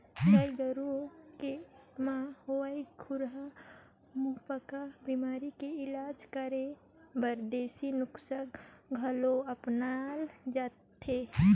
गाय गोरु के म होवइया खुरहा मुहंपका बेमारी के इलाज करे बर देसी नुक्सा घलो अपनाल जाथे